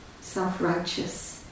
self-righteous